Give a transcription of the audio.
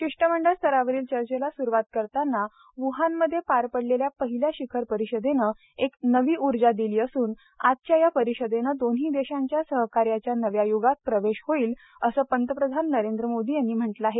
शिष्टमंडळ स्तरावरील चर्चेला सुरुवात करताना व्हानमध्ये पार पडलेल्या पहिल्या शिखर परिषदेनं एक नवी ऊर्जा दिली असून आजच्या या परिषदेनं दोन्ही देशांचा सहकार्याच्या नव्या युगात प्रवेश होईल असं पंतप्रधान नरेंद्र मोदी यांनी म्हटलं आहे